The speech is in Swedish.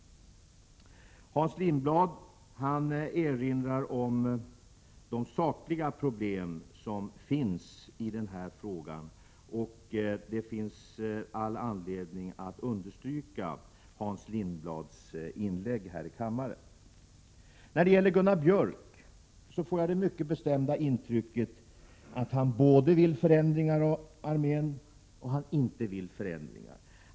Hans Lindblad erinrar om de sakliga problem som den här frågan rymmer. Det finns all anledning att understryka det Hans Lindblad sade i sitt inlägg. Jag får det mycket bestämda intrycket att Gunnar Björk både vill ha förändringar av armén och inte vill ha förändringar.